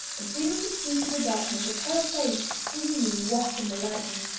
and seeming to see through the darkness a pale face gleaming wet in the lightning,